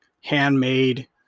handmade